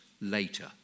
later